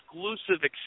exclusive